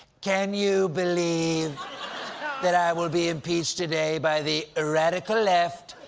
can you believe that i will be impeached today by the radical left,